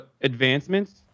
advancements